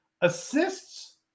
Assists